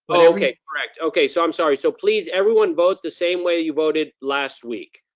okay, correct, okay. so i'm sorry, so please everyone vote the same way you voted last week.